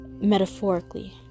metaphorically